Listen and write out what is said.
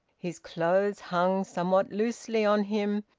his clothes hung somewhat loosely on him,